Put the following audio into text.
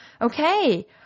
Okay